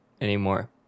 anymore